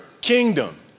kingdom